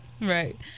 Right